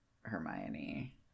Hermione